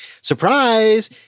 surprise